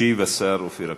ישיב השר אופיר אקוניס.